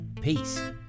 Peace